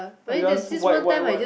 I just wipe wipe wipe